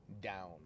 down